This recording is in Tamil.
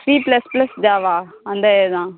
சி ப்ளஸ் ப்ளஸ் ஜாவா அந்த இது தான்